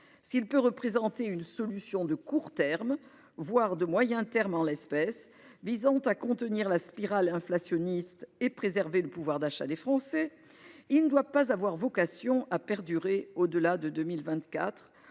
S'il peut représenter une solution de court terme, voire de moyen terme en l'espèce, visant à contenir la spirale inflationniste et à préserver le pouvoir d'achat des Français, il n'a pas vocation à perdurer au-delà de 2024,